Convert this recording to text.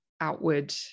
outward